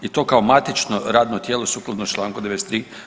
I to kao matično radno tijelo sukladno Članku 93.